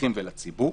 לאזרחים ולציבור.